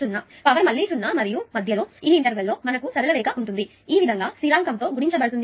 కాబట్టి పవర్ మళ్ళీ 0 మరియు మధ్య లో ఈ ఇంటర్వెల్ లో మనకు సరళ రేఖ ఉంటుంది ఈ విధంగా స్థిరాంకం తో గుణించబడుతుంది